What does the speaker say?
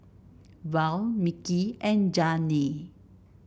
Val Micky and Janay